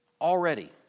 Already